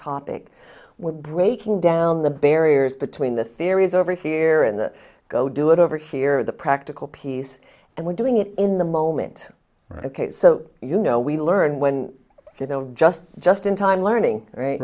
topic we're breaking down the barriers between the theories over here and go do it over here the practical piece and we're doing it in the moment ok so you know we learned when you know just just in time learning